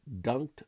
dunked